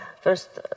First